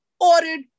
ordered